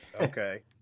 Okay